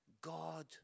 God